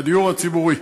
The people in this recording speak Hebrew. הדיור הציבורי,